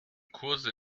kurse